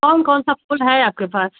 कौन कौन सा फूल है आपके पास